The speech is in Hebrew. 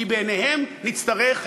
כי בעיניהם נצטרך,